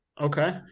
Okay